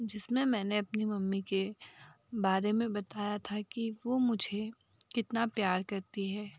जिसमें मैंने अपनी मम्मी के बारे में बताया था कि वह मुझे कितना प्यार करती है